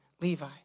Levi